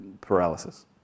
paralysis